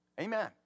Amen